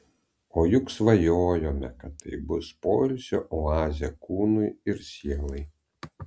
o juk svajojome kad tai bus poilsio oazė kūnui ir sielai